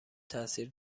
تاثیر